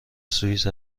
سوئیس